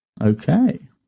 Okay